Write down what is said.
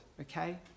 okay